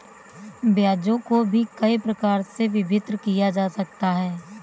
ब्याजों को भी कई प्रकार से विभक्त किया जा सकता है